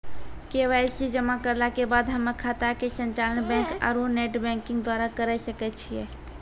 KYC जमा करला के बाद हम्मय खाता के संचालन बैक आरू नेटबैंकिंग द्वारा करे सकय छियै?